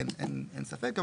אין ספק,